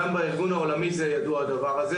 גם בארגון העולמי הדבר הזה ידוע.